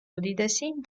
უდიდესი